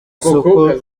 isoko